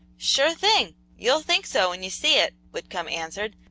sure thing! you'll think so when you see it, whitcomb answered,